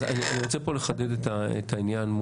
אני רוצה פה לחדד את העניין.